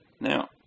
Now